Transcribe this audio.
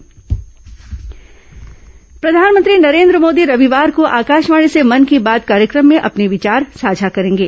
मन की बात प्रधानमंत्री नरेन्द्र मोदी रविवार को आकाशवाणी से मन की बात कार्यक्रम में अपने विचार साझा करेंगे